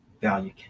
value